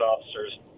officers